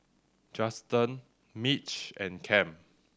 Justen Mitch and Kem